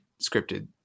scripted